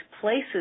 Places